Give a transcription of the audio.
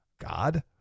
God